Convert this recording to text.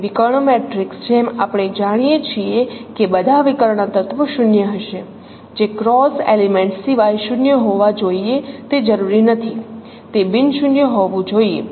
તેથી વિકર્ણ મેટ્રિક્સ જેમ આપણે જાણીએ છીએ કે બધા વિકર્ણ તત્વો 0 હશે જે ક્રોસ એલિમેન્ટ્સ સિવાય શૂન્ય હોવા જોઈએ તે જરૂરી નથી તે બિન શૂન્ય હોવું જોઈએ